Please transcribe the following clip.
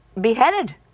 beheaded